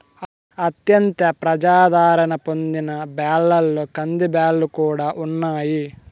అత్యంత ప్రజాధారణ పొందిన బ్యాళ్ళలో కందిబ్యాల్లు కూడా ఉన్నాయి